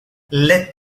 let